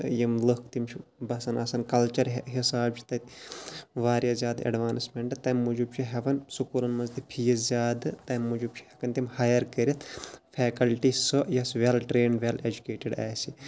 یِم لٕکھ تِم چھِ بسان آسان کَلچَر حِساب چھِ تَتہِ واریاہ زیادٕ ایٚڈوانسمیٚنٹ تمہِ موٗجوٗب چھِ ہیٚوان سکوٗلَن مَنٛز تہِ پھیٖس زیادٕ تمہِ موٗجوٗب چھِ ہیٚکَان تِم ہایَر کٔرِتھ فیکَلٹی سۄ یۄس ویٚل ٹرینٕڈ ویٚل ایٚجُکیٹِڈ آسہِ